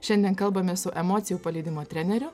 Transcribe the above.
šiandien kalbame su emocijų paleidimo treneriu